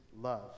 love